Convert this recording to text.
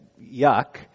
yuck